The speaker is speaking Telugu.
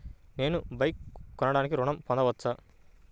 నేను బైక్ కొనటానికి ఋణం పొందవచ్చా?